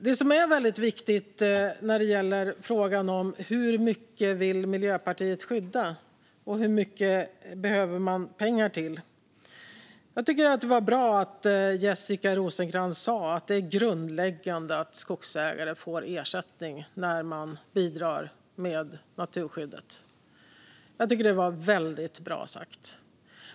När det gäller frågan om hur mycket Miljöpartiet vill skydda och hur mycket man behöver pengar till tycker jag att det som Jessica Rosencrantz sa om att det är grundläggande att skogsägare får ersättning när de bidrar till naturskyddet var väldigt bra.